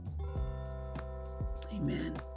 Amen